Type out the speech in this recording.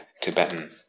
Tibetan